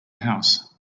house